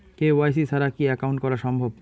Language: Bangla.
কে.ওয়াই.সি ছাড়া কি একাউন্ট করা সম্ভব?